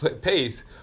pace